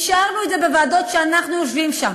אפשרנו את זה בוועדות שאנחנו יושבים שם.